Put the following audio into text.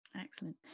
Excellent